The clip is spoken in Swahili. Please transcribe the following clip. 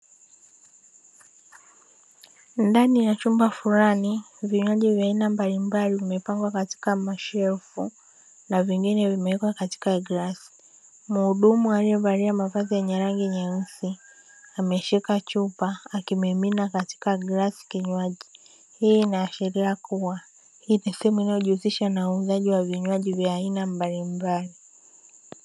Ndani ya chumba fulani, vinywaji vya aina mbalimbali vimepangwa katika mashelfu na vingine vimewekwa katika glasi. Mhudumu aliyevalia mavazi yenye rangi nyeusi, ameshika chupa akimimina katika glasi kinywaji. Hii inaashiria kuwa hii ni sehemu inayojihusisha na uuzaji wa vinywaji vya aina mbalimbali.